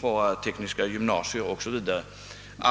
våra tekniska gymnasier 0. s. v.